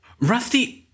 Rusty